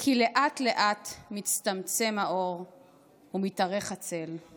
כי לאט-לאט מצטמצם האור / ומתארך הצל, //